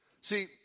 See